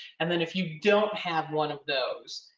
and then if you don't have one of those,